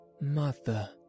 mother